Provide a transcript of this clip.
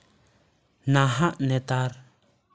ᱱᱟᱦᱟᱜ ᱱᱮᱛᱟᱨ